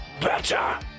Better